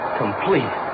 complete